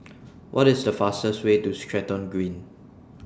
What IS The fastest Way to Stratton Green